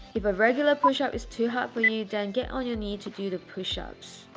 if a regular push-up is too hard for you then get on your knees to do the push-ups.